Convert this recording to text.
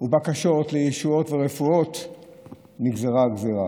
ובקשות לישועות ורפואות נגזרה הגזרה,